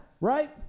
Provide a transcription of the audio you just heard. right